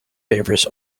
favours